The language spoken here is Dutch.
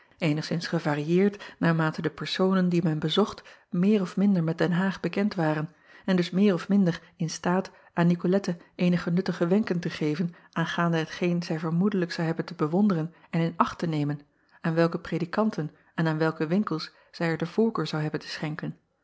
eenigszins gevariëerd naarmate de personen die men bezocht meer of minder met den aag bekend waren en dus meer of minder in staat aan icolette eenige nuttige wenken te geven aangaande hetgeen zij vermoedelijk zou hebben te bewonderen en in acht te nemen acob van ennep laasje evenster delen aan welke predikanten en aan welke winkels zij er de voorkeur zou hebben te schenken